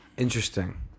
Interesting